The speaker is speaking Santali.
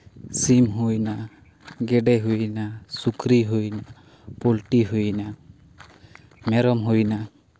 ᱥᱤᱢ ᱦᱩᱭᱱᱟ ᱜᱮᱰᱮ ᱦᱩᱭᱱᱟ ᱥᱩᱠᱨᱤ ᱦᱩᱭᱱᱟ ᱯᱩᱞᱴᱤ ᱦᱩᱭᱱᱟ ᱢᱮᱨᱚᱢ ᱦᱩᱭᱱᱟ